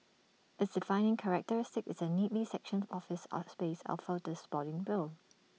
its defining characteristic is the neatly sectioned office space the